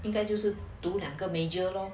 应该就是读两个 major lor